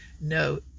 No